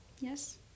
yes